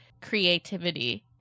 creativity